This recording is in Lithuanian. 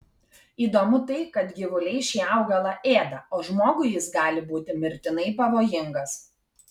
įdomu tai kad gyvuliai šį augalą ėda o žmogui jis gali būti mirtinai pavojingas